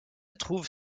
trouve